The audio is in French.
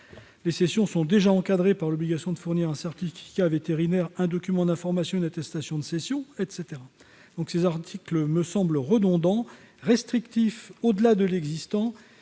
Ces cessions sont donc déjà encadrées par l'obligation de fournir un certificat vétérinaire, un document d'information, une attestation de cession, etc. Cet article est donc redondant, restrictif au-delà de l'existant